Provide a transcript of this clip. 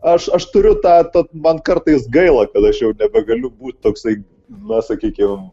aš aš turiu tą tad man kartais gaila kad aš jau nebegaliu būti toksai na sakykim